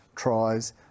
Tries